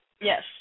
Yes